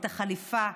את החליפה,